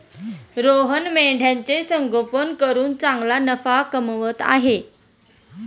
रोहन मेंढ्यांचे संगोपन करून चांगला नफा कमवत आहे